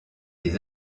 des